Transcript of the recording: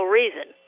reason